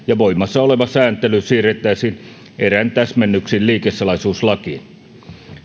ja voimassa oleva sääntely siirrettäisiin eräin täsmennyksin liikesalaisuuslakiin